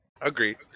Agreed